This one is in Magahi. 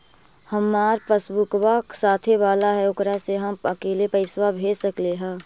हमार पासबुकवा साथे वाला है ओकरा से हम अकेले पैसावा भेज सकलेहा?